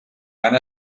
han